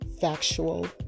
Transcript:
factual